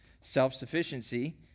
self-sufficiency